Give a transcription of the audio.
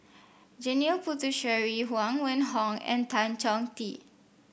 Janil Puthucheary Huang Wenhong and Tan Chong Tee